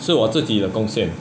是我自己的贡献